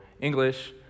English